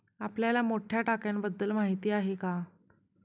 आपल्याला मोठ्या टाक्यांबद्दल माहिती आहे का?